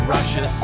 Russia